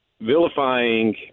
vilifying